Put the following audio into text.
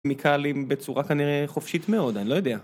מקהלים בצורה כנראה חופשית מאוד, אני לא יודע.